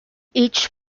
each